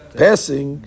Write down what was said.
passing